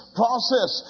process